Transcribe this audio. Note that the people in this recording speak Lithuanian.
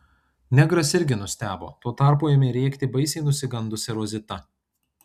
negras irgi nustebo tuo tarpu ėmė rėkti baisiai nusigandusi rozita